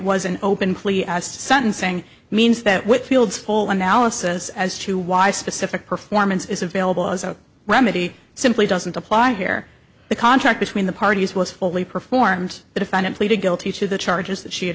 to sentencing means that whitfield's full analysis as to why specific performance is available as a remedy simply doesn't apply here the contract between the parties was fully performed the defendant pleaded guilty to the charges that she had